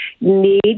need